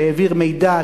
שהעביר מידע,